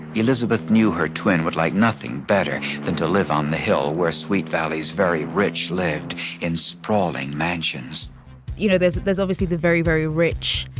elizabeth knew her twin would like nothing better than to live on the hill, where sweet valley's very rich lived in sprawling mansions you know, there's there's obviously the very, very rich.